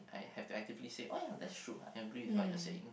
I have to actively say oh ya that's true I agree with what you're saying